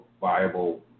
viable